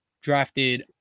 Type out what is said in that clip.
drafted